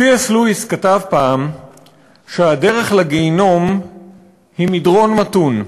ק"ס לואיס כתב פעם שהדרך לגיהינום היא מדרון מתון,